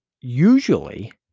usually